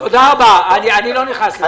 אני לא נכנס לזה.